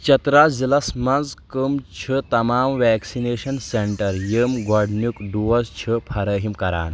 چترا ضلعس مَنٛز کٔم چھِ تمام ویکسِنیشن سینٹر یِم گۄڈنیُک ڈوز چھِ فرٲہِم کران؟